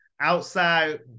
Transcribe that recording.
outside